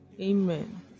amen